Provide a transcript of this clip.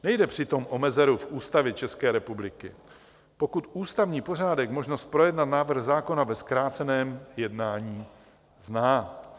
Nejde přitom o mezeru v Ústavě České republiky, pokud ústavní pořádek možnost projednat návrh zákona ve zkráceném jednání zná.